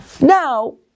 Now